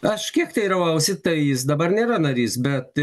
aš kiek teiravausi tai jis dabar nėra narys bet